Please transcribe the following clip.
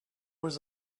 was